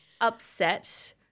upset